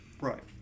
Right